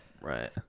right